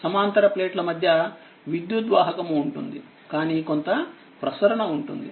సమాంతర ప్లేట్ల మధ్య విద్యుద్వాహకము ఉంటుంది కానీ కొంత ప్రసరణ ఉంటుంది